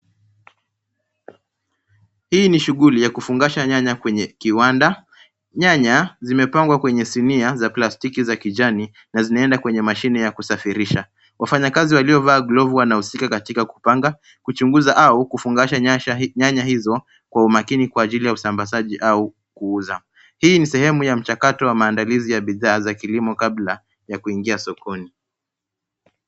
Hii ni shughuli ya kufungasha nyanya kwenye kiwanda. Nyanya zimepangwa kwenye sinia za plastiki za kijani, na zinaenda kwenye mashine ya kusafirisha. Wafanyikazi waliovaa glavu wanahusika katika kupanga, kuchunguza, au kufungasha nyanya hizo, kwa umakini kwa ajili ya usambazaji au kuuza. Hii ni sehemu ya mchakato ya maandalizi ya bidhaa za kilimo kabla ya kuingia sokoni.